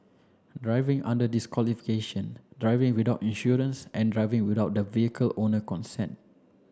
driving under disqualification driving without insurance and driving without the vehicle owner consent